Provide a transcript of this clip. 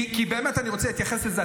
כי אני באמת רוצה להתייחס לזה.